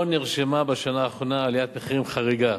לא נרשמה בשנה האחרונה עליית מחירים חריגה.